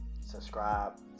subscribe